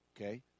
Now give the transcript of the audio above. okay